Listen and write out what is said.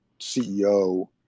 CEO